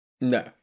No